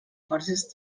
forces